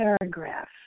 paragraph